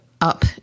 up